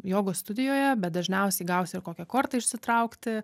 jogos studijoje bet dažniausiai gausi ir kokią kortą išsitraukti